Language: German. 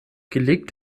gelegt